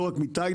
לא רק מתאילנד,